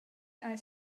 eis